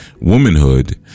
womanhood